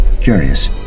Curious